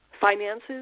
finances